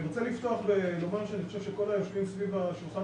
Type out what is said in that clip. אני רוצה לפתוח ולומר שאני חושב שכל היושבים סביב השולחן